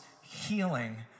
healing